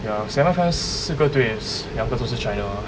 ya semi finals 四个队两个都是 china ah